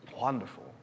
wonderful